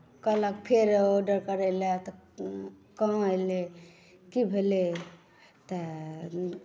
कहलक फेर ऑर्डर करय लेल तऽ कहाँ ऐलै की भेलै तऽ